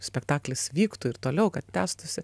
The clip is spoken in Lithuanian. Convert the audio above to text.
spektaklis vyktų ir toliau kad tęstųsi